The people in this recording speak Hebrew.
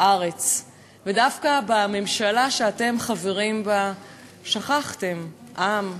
ארץ, ודווקא בממשלה שאתם חברים בה שכחתם עם,